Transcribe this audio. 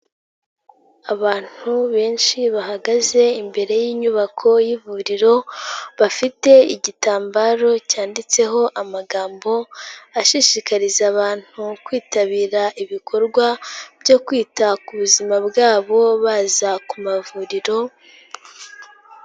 Abantu benshi bahagaze imbere y'inyubako y'ivuriro bafite igitambaro cyanditseho amagambo ashishikariza abantu kwitabira ibikorwa byo kwita ku buzima bwabo baza ku mavuriro.